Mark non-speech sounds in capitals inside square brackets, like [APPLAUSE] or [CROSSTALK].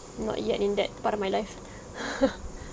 not yet in that part of my life [LAUGHS]